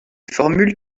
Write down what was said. formules